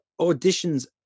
auditions